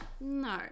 no